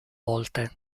volte